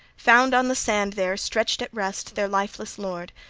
found on the sand there, stretched at rest, their lifeless lord,